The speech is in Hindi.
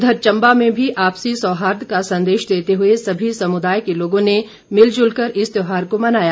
उधर चम्बा में भी आपसी सौहार्द का संदेश देते हुए सभी समुदाय के लोगों ने मिल जुलकर इस त्यौहार को मनाया